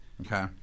Okay